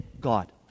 God